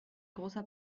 großer